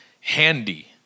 handy